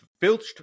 Filched